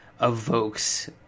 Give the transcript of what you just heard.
evokes